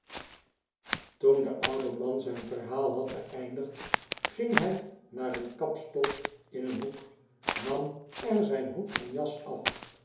toen de oude man zijn verhaal had beeindigd ging hij naar een kapstok in een hoek nam er zijn hoed en jas af